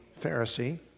Pharisee